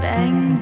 Bang